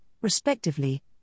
respectively